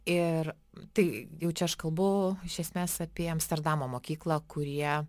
ir tai jau čia aš kalbu iš esmės apie amsterdamo mokyklą kurie